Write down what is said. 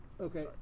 Okay